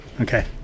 okay